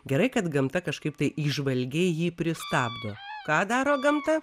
gerai kad gamta kažkaip taip įžvalgiai jį pristabdė ką daro gamta